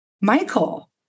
Michael